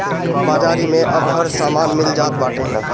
बाजारी में अब हर समान मिल जात बाटे